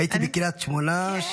הייתי בקריית שמונה,